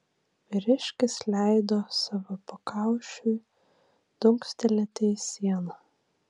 vyriškis leido savo pakaušiui dunkstelėti į sieną